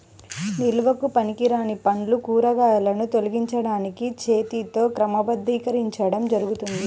నిల్వకు పనికిరాని పండ్లు, కూరగాయలను తొలగించడానికి చేతితో క్రమబద్ధీకరించడం జరుగుతుంది